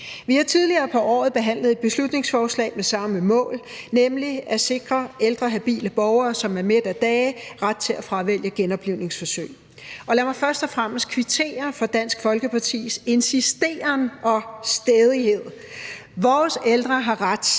Vi har tidligere på året behandlet et beslutningsforslag med samme mål, nemlig at sikre ældre habile borgere, som er mæt af dage, ret til at fravælge genoplivningsforsøg. Lad mig først og fremmest kvittere for Dansk Folkepartis insisteren og stædighed. Vores ældre har ret